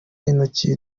intoki